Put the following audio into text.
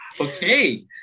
Okay